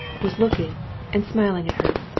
was looking and smiling at her.